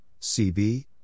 CB